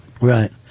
Right